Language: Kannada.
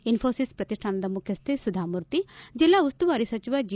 ಇನ್ಫೋಸಿಸ್ ಪ್ರತಿಷ್ಠಾನದ ಮುಖ್ಯಸ್ವೆ ಸುಧಾಮೂರ್ತಿ ಜಿಲ್ಲಾ ಉಸ್ತುವಾರಿ ಸಚಿವ ಜಿ